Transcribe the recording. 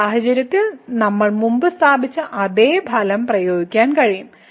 ഈ സാഹചര്യത്തിലും നമ്മൾ മുമ്പ് സ്ഥാപിച്ച അതേ ഫലം പ്രയോഗിക്കാൻ കഴിയും